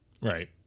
Right